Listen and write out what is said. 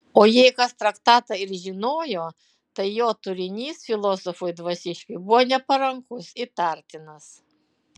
o jei kas traktatą ir žinojo tai jo turinys filosofui dvasiškiui buvo neparankus įtartinas